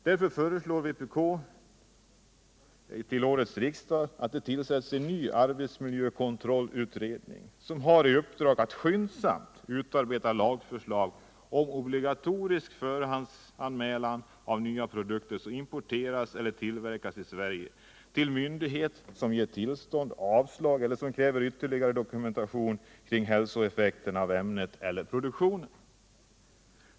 Därför föreslår vpk årets riksdag att en ny arbetskontrollutredning skall tillsättas som får i uppdrag att skyndsamt utarbeta lagförslag om obligatorisk förhandsanmälan av nya produkter, som importeras eller tillverkas i Sverige, till myndighet som meddelar tillstånd eller avslag eller som kräver ytterligare dokumentation kring hälsoeffekterna av ämnet eller produktionen.